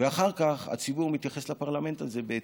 ואחר כך הציבור מתייחס לפרלמנט הזה בהתאם.